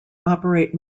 operate